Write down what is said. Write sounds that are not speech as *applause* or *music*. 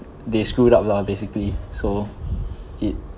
they screwed up lah basically so *breath* it